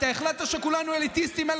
אתה החלטת שכולנו אליטיסטים.